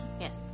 Yes